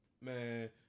Man